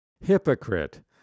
Hypocrite